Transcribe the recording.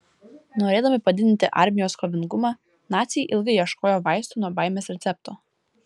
norėdami padidinti armijos kovingumą naciai ilgai ieškojo vaistų nuo baimės recepto